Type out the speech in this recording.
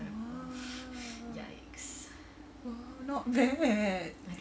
!wah! !wah! oh not bad